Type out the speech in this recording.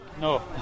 No